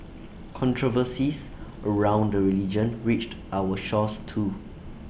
controversies around the religion reached our shores too